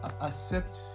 accept